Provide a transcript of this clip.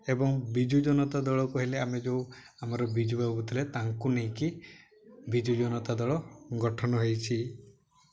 ଏବଂ ବିଜୁ ଜନତା ଦଳ କହିଲେ ଆମେ ଯେଉଁ ଆମର ବିଜୁ ବାବୁ ଥିଲେ ତାଙ୍କୁ ନେଇକି ବିଜୁ ଜନତା ଦଳ ଗଠନ ହୋଇଛି